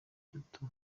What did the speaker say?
duto